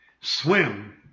Swim